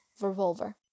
revolver